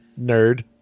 Nerd